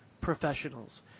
professionals